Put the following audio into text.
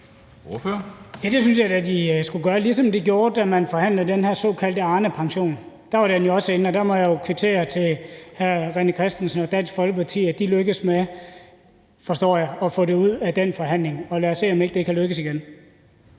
Ja, det synes jeg da de skulle gøre, ligesom de gjorde, da man forhandlede den her såkaldte Arnepension. Der var den jo også med. Og det må jeg jo kvittere hr. René Christensen og Dansk Folkeparti for, altså at de lykkedes med, forstår jeg, at få det ud af den forhandling, og lad os se, om ikke det kan lykkes igen.